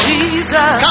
Jesus